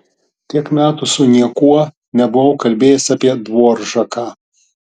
tiek metų su niekuo nebuvau kalbėjęs apie dvoržaką